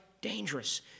dangerous